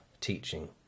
teaching